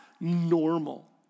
normal